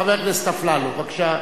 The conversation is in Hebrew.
חבר הכנסת אפללו, בבקשה.